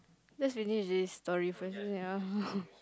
let's finish this story first yeah